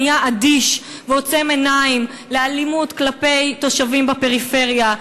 נהיה אדיש ועוצם עיניים לאלימות כלפי תושבים בפריפריה,